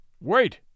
Wait